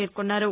పేర్కొన్నారు